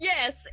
Yes